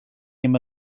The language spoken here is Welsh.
ddim